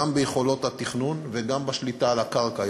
גם ביכולות התכנון וגם בשליטה על הקרקע,